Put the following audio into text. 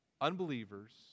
Unbelievers